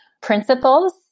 principles